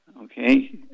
Okay